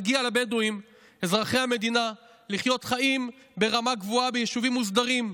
מגיע לבדואים אזרחי המדינה לחיות חיים ברמה גבוהה ביישובים מוסדרים,